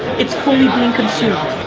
it's fully being consumed.